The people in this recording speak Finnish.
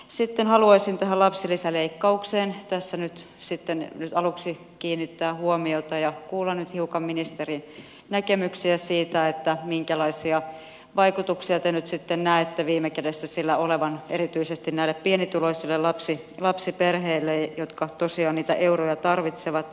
sitten haluaisin tähän lapsilisäleikkaukseen tässä aluksi kiinnittää huomiota ja kuulla nyt hiukan ministerin näkemyksiä siitä minkälaisia vaikutuksia te nyt sitten näette viime kädessä sillä olevan erityisesti näihin pienituloisiin lapsiperheisiin jotka tosiaan niitä euroja tarvitsevat